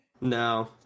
No